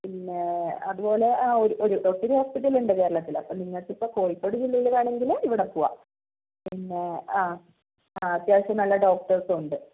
പിന്നെ അതുപോലെ ആ ഒരു ഒരു ഒത്തിരി ഹോസ്പിറ്റൽ ഉണ്ട് കേരളത്തിൽ അപ്പോൾ നിങ്ങൾക്ക് ഇപ്പോൾ കോഴിക്കോട് ജില്ലയിലുള്ളതാണെങ്കിൽ ഇവിടെ പോവാം പിന്നെ ആ ആ അത്യാവശ്യം നല്ല ഡോക്ടർസും ഉണ്ട്